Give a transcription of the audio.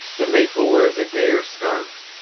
the maple wears a gayer scarf,